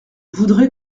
voudrais